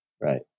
right